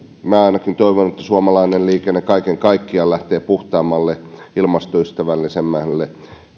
minä ainakin toivon että suomalainen liikenne kaiken kaikkiaan lähtee puhtaammalle ilmastoystävällisemmälle